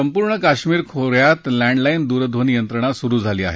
संपूर्ण कश्मीर खो यात लँडलाईन दूरध्वनी यंत्रणा सुरु झाली आहे